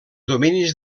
dominis